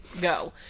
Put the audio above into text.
Go